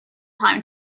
time